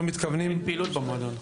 אנחנו לא מתכוונים --- אין פעילות במועדון.